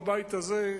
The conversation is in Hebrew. בבית הזה,